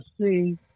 see